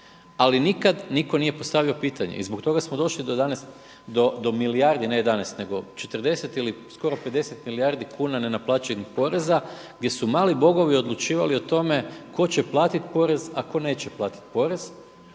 ali nikad nitko nije postavio pitanje. I zbog toga smo došli do ne 11, nego 40 ili 50 milijardi kuna nenaplaćenih poreza gdje su mali bogovi odlučivali o tome tko će platiti porez, a tko neće platiti porez